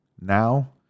now